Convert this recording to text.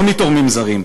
לא מתורמים זרים,